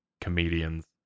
comedians